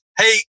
Hey